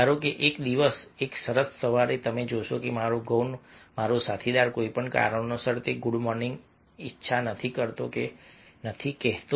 ધારો કે એક દિવસ એક સરસ સવારે તમે જોશો કે મારો ગૌણ મારો સાથીદાર કોઈપણ કારણોસર તે ગુડ મોર્નિંગની ઇચ્છા નથી કરતો કે નથી કહેતો